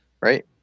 right